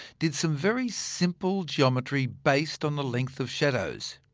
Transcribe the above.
did some very simple geometry based on the length of shadows.